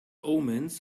omens